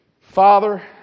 Father